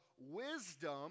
wisdom